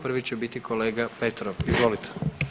Prvi će biti kolega Petrov, izvolite.